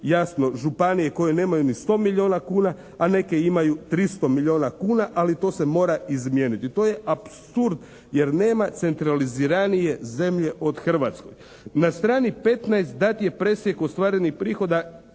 jasno županije koje nemaju ni 100 milijuna kuna a neke imaju 300 milijuna kuna ali to se mora izmijeniti. To je apsurd jer nema centraliziranije zemlje od Hrvatske. Na strani 15. dat je presjek ostvarenih prihoda